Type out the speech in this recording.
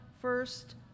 first